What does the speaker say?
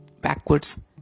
backwards